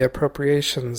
appropriations